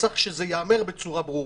וצריך שזה ייאמר בצורה ברורה.